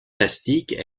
plastiques